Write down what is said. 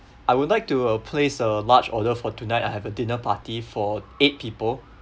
I would like to uh place a large order for tonight I have a dinner party for eight people